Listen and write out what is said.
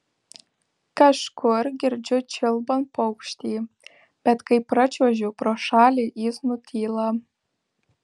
kažkur girdžiu čiulbant paukštį bet kai pračiuožiu pro šalį jis nutyla